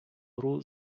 гру